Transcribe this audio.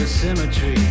Symmetry